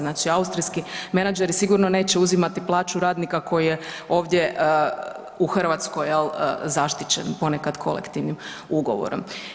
Znači austrijski menadžeri sigurno neće uzimati plaću radnika koji je ovdje u Hrvatskoj jel zaštićen ponekad kolektivnim ugovorom.